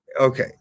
okay